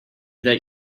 that